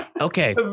Okay